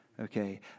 Okay